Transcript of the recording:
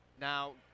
Now